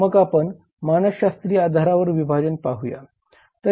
मग आपण मानसशास्त्रीय आधारावर विभाजन पाहूया